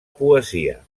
poesia